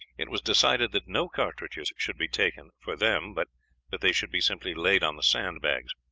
it was decided that no carriages should be taken for them, but that they should be simply laid on the sandbags.